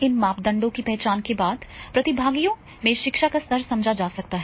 इन मापदंडों की पहचान के बाद प्रतिभागियों में शिक्षा का स्तर समझा जा सकता है